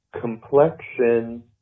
complexion